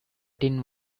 tin